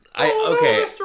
okay